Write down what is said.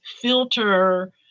filter